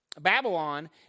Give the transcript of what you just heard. Babylon